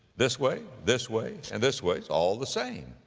this way, this way, and this way, it's all the same.